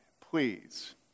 please